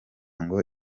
ngo